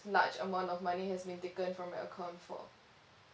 large amount of money has been taken from my account for